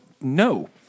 no